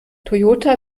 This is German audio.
toyota